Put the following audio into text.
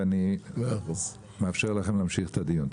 ואני מאפשר לכם להמשיך את הדיון.